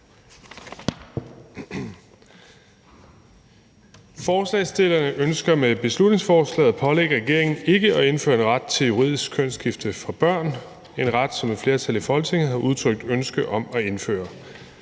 Forslagsstillerne ønsker med beslutningsforslaget at pålægge regeringen ikke at indføre en ret til juridisk kønsskifte for børn, en ret, som et flertal i Folketinget har udtrykt ønske om at indføre.